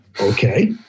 Okay